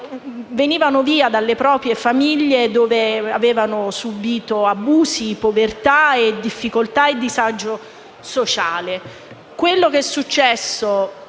venivano via dalle proprie famiglie, dove avevano subito abusi, povertà, difficoltà e disagio sociale. Quello che è successo